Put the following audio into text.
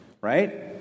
Right